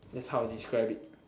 that's how I describe it